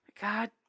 god